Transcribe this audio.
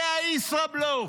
זה הישראבלוף.